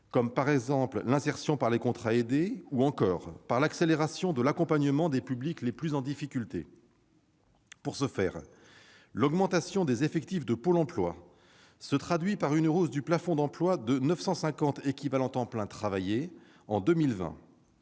comme l'insertion par les contrats aidés ou par l'accélération de l'accompagnement des publics les plus en difficulté. Pour ce faire, l'augmentation des effectifs de Pôle emploi se traduit par une hausse, en 2020, du plafond d'emplois de 950 équivalents temps plein travaillé (ETPT).